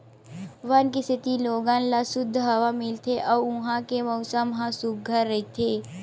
वन के सेती लोगन ल सुद्ध हवा मिलथे अउ उहां के मउसम ह सुग्घर रहिथे